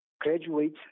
graduate